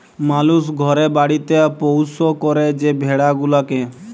মালুস ঘরে বাড়িতে পৌষ্য ক্যরে যে ভেড়া গুলাকে